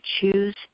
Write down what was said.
choose